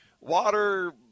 water